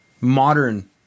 modern